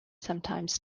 sometimes